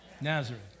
Nazareth